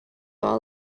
all